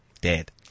Dead